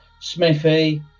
Smithy